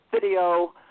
video